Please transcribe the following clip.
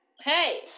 hey